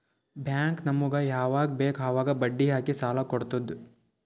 bank ನಮುಗ್ ಯವಾಗ್ ಬೇಕ್ ಅವಾಗ್ ಬಡ್ಡಿ ಹಾಕಿ ಸಾಲ ಕೊಡ್ತುದ್